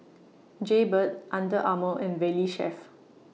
Jaybird Under Armour and Valley Chef